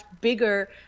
bigger